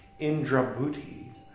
Indrabhuti